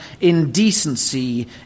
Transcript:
indecency